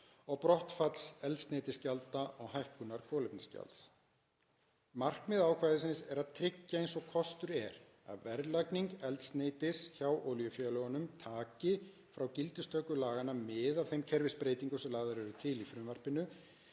og brottfalls eldsneytisgjalda og hækkunar kolefnisgjalds. Markmið ákvæðisins er að tryggja eins og kostur er að verðlagning eldsneytis hjá olíufélögunum taki frá gildistöku laganna mið af þeim kerfisbreytingum sem lagðar eru til í frumvarpinu